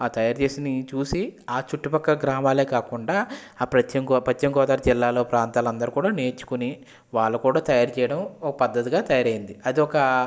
ఆ తయారు చేసింది చూసి ఆ చుట్టుపక్క గ్రామాలే కాకుండా ఆ పచిమ్ పశ్చిమ గోదావరి జిల్లాలో ప్రాంతాలు అందరు కూడా నేర్చుకుని వాళ్ళు కూడా తయారు చెయ్యడం ఒక పద్ధతిగా తయారైంది అది ఒక